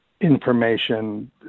information